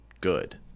good